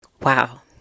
Wow